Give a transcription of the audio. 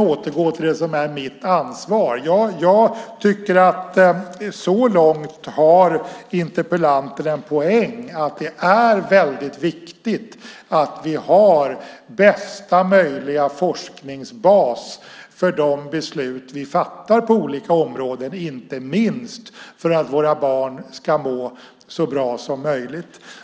återgå till det som verkligen är mitt ansvar. Jag tycker att interpellanten så långt har en poäng att det är viktigt att vi har bästa möjliga forskningsbas för de beslut vi fattar på olika områden. Det gäller inte minst för att våra barn ska må så bra som möjligt.